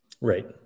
Right